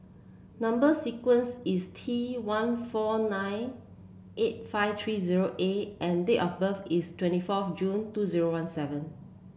number sequence is T one four nine eight five three zero A and date of birth is twenty forth June two zero one seven